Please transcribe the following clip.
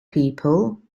people